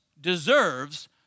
deserves